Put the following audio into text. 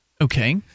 Okay